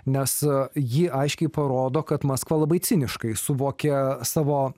nes ji aiškiai parodo kad maskva labai ciniškai suvokė savo